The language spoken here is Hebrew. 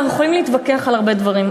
אנחנו יכולים להתווכח על הרבה דברים.